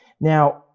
now